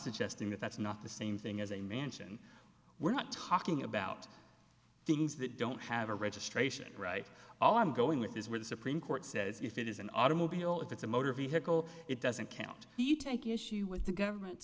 suggesting that that's not the same thing as a mansion we're not talking about things that don't have a registration right all i'm going with is where the supreme court says if it is an automobile if it's a motor vehicle it doesn't count you take issue with the government